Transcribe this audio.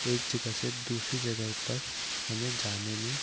एक जगह से दूसरी जगह पर हमें जाने में